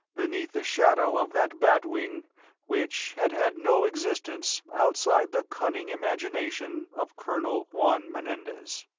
beneath the shadow of that bat wing which had had no existence outside the cunning imagination of colonel juan menendez.